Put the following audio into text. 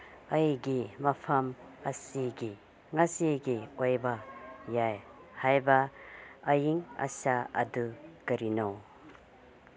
ꯑꯩꯒꯤ ꯃꯐꯝ ꯑꯁꯤꯒꯤ ꯉꯁꯤꯒꯤ ꯑꯣꯏꯕ ꯌꯥꯏ ꯍꯥꯏꯕ ꯑꯌꯤꯡ ꯑꯁꯥ ꯑꯗꯨ ꯀꯔꯤꯅꯣ